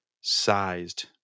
sized